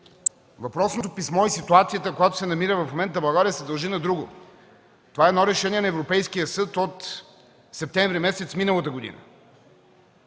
Въпросното писмо и ситуацията, в която се намира в момента България, се дължи на друго. Това е едно решение на Европейския съд от месец септември миналата година,